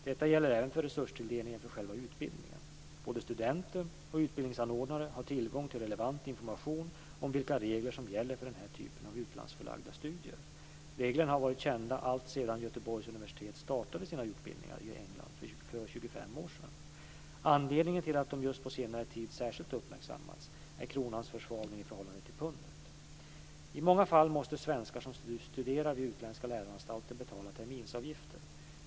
Detta gäller även för resurstilldelningen för själva utbildningen. Både studenter och utbildningsanordnare har tillgång till relevant information om vilka regler som gäller för den här typen av utlandsförlagda studier. Reglerna har varit kända alltsedan Göteborgs universitet startade sina utbildningar i England för 25 år sedan. Anledningen till att de just på senare tid särskilt uppmärksammats är kronans försvagning i förhållande till pundet. I många fall måste svenskar som studerar vid utländska läroanstalter betala terminsavgifter.